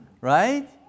Right